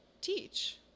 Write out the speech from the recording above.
teach